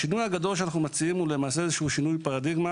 השינוי הגדול שאנחנו מציעים הוא שינוי פרדיגמה